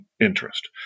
interest